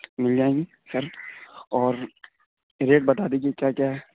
مل جائیں گی سر اور ریٹ بتا دیجیے کیا کیا ہے